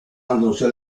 anunció